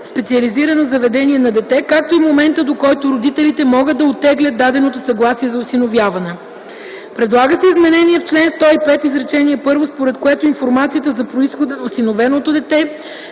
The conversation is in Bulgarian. специализирано заведение на дете, както и момента, до който родителите могат да оттеглят даденото съгласие за осиновяване. Предлага се изменение в чл. 105, изречение първо, според което информацията за произхода на осиновеното дете